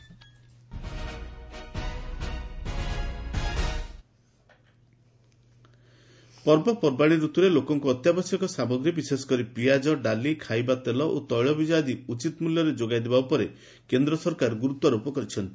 centre state food ପର୍ବପର୍ବାଣୀ ରତୁରେ ଲୋକଙ୍କୁ ଅତ୍ୟାବଶ୍ୟକ ସାମଗ୍ରୀ ବିଶେଷକରି ପିଆଜ ଡାଲି ଖାଇବା ତେଲ ଓ ତୈଳବୀଜ ଆଦି ଉଚିତ ମୂଲ୍ୟରେ ଯୋଗାଇଦେବା ଉପରେ କେନ୍ଦ୍ର ସରକାର ଗୁରୁତ୍ୱାରୋପ କରିଛନ୍ତି